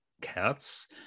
cats